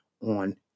on